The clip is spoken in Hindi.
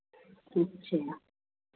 अच्छा